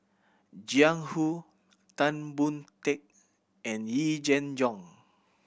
Jiang Hu Tan Boon Teik and Yee Jenn Jong